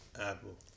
Apple